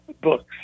books